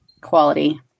quality